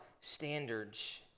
standards